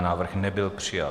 Návrh nebyl přijat.